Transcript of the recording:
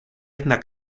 edna